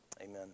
Amen